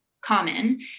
common